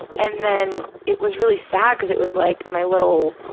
and then it was really sad because it was like, in my little,